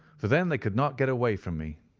for then they could not get away from me.